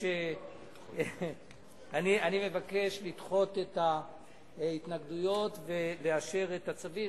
אני מבקש לדחות את ההתנגדויות ולאשר את הצווים.